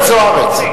חברת הכנסת זוארץ.